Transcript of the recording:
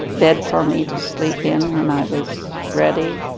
bed for me to sleep in when i was ready.